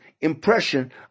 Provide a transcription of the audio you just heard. impression